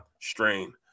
strain